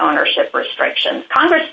ownership restrictions congress